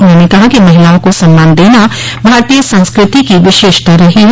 उन्होंने कहा कि महिलाओं को सम्मान दना भारतीय संस्कृति की विशेषता रही है